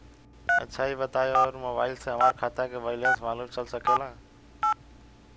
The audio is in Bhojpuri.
अच्छा ई बताईं और मोबाइल से हमार खाता के बइलेंस मालूम चल सकेला?